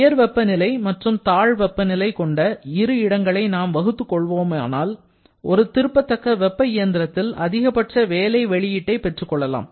உயர் வெப்பநிலை மற்றும் தாழ் வெப்பநிலை கொண்ட இரு இடங்களை நாம் வகுத்துக் கொள்வோமானால் ஒரு திருப்பத்தக்க வெப்ப இயந்திரத்தில் அதிகபட்ச வேலை வெளியீட்டை பெற்றுக்கொள்ளலாம்